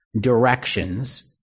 directions